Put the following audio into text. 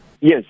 Yes